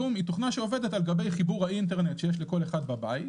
"זום" היא תוכנה שעובדת על גבי חיבור האינטרנט שיש לכל אחד בבית.